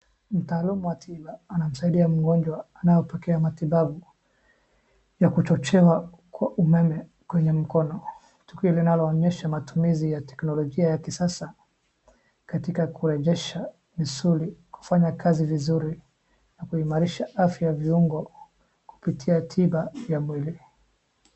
Mtaaaalm wa tiba anamsaidia mgonjwa anayepokea matibabu ya kuchochewa kwa umeme kwenye mkono. Tukio linaloonyesha matumizi ya teknolojia ya kisasa katika kurejesha misuli kufanya kazi vizuri na kuimarisha afya ya viungo kupitia tiba ya mwili.